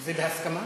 זה בהסכמה?